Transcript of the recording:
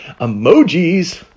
emojis